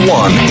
one